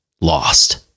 lost